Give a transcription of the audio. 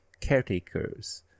caretakers